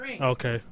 Okay